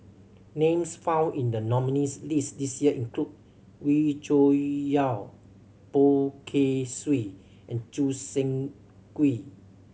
names found in the nominees' list this year include Wee Cho Yaw Poh Kay Swee and Choo Seng Quee